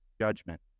judgment